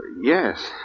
Yes